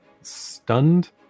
stunned